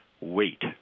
weight